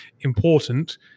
important